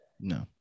No